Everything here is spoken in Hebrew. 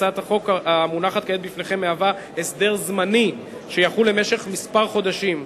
הצעת החוק המונחת כעת לפניכם היא הסדר זמני שיחול במשך כמה חודשים.